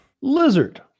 Lizard